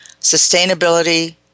sustainability